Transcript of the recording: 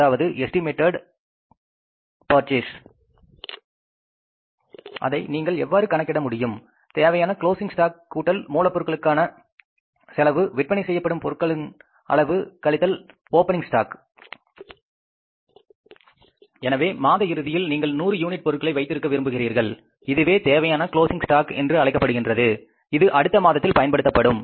அதை நீங்கள் எவ்வாறு கணக்கிட முடியும் தேவையான க்ளோஸிங் ஸ்டார்க் கூட்டல் மூலப்பொருட்களுக்கான செலவு விற்பனை செய்யப்படும் பொருளின் அளவு கழித்தல் ஓப்பனிங் ஷ்டாக் எனவே மாத இறுதியில் நீங்கள் 100 யூனிட் பொருட்களை வைத்திருக்க விரும்புகிறீர்கள் இதுவே தேவையான க்ளோஸிங் ஸ்டார்க் என்று அழைக்கப்படுகின்றது இது அடுத்த மாதத்தில் பயன்படுத்தப்படும்